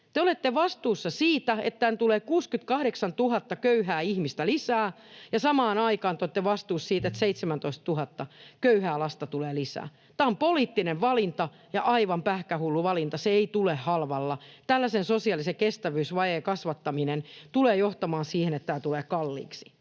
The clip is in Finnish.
Te olette vastuussa siitä, että tänne tulee 68 000 köyhää ihmistä lisää, ja samaan aikaan te olette vastuussa siitä, että 17 000 köyhää lasta tulee lisää. Tämä on poliittinen valinta ja aivan pähkähullu valinta. Se ei tule halvalla. Tällaisen sosiaalisen kestävyysvajeen kasvattaminen tulee johtamaan siihen, että tämä tulee kalliiksi.